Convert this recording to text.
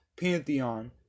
pantheon